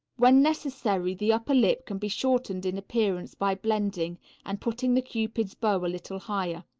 when necessary the upper lip can be shortened in appearance by blending and putting the cupid's bow a little higher.